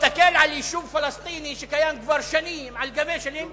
תסתכל על יישוב פלסטיני שקיים כבר שנים על גבי שנים